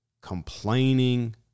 complaining